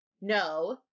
no